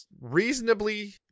reasonably